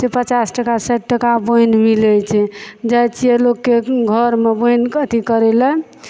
जे पचास टाका साठि टाका बोनि मिलै छै जाइ छियै लोकके घरमे बोनिके अथी करै लए